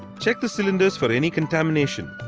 check the cylinders for any contamination.